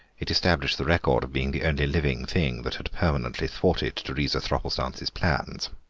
it established, the record of being the only living thing that had permanently thwarted teresa thropplestance's plans.